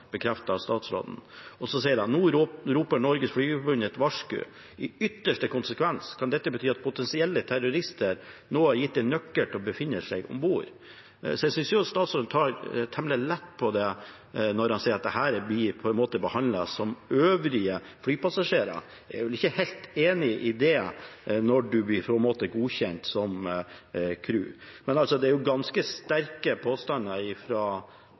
av statsråden. Og så sier de: Nå roper Norsk Flygerforbund et varsku. I ytterste konsekvens kan dette bety at potensielle terrorister nå er gitt en nøkkel til å befinne seg om bord. Jeg synes statsråden tar temmelig lett på det når han sier at dette blir behandlet som øvrige flypassasjerer. Jeg er ikke helt enig i det når en blir godkjent som crew. Men det er ganske sterke påstander